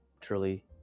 truly